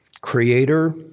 Creator